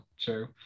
true